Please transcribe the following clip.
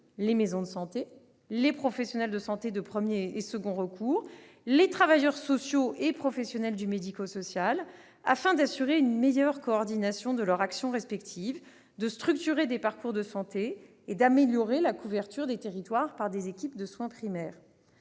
les maisons de santé, les professionnels de santé de premier et second recours, les travailleurs sociaux et les professionnels médico-sociaux, afin d'assurer une meilleure coordination de leur action respective, de structurer des parcours de santé et d'améliorer la couverture des territoires par des équipes de soins primaires.